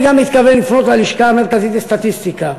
אני גם מתכוון לפנות ללשכה המרכזית לסטטיסטיקה